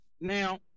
Now